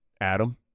Adam